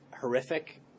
horrific